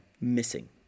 missing